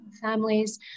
families